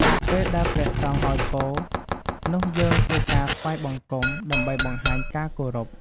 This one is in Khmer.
ពេលដែលព្រះសង្ឃអោយពរ នោះយើងធ្វើការថ្វាយបង្គំ ដើម្បីបង្ហាញការគោរព។